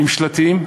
עם שלטים,